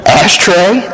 ashtray